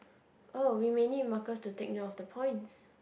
oh we may need markers to take note of the points